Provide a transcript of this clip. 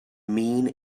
mean